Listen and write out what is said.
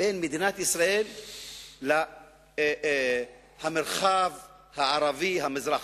בין מדינת ישראל לבין המרחב הערבי המזרח-תיכוני,